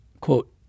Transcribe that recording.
Quote